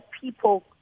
people